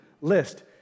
list